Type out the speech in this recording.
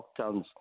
lockdowns